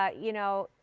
ah you know,